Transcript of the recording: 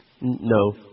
No